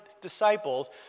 disciples